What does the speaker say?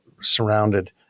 surrounded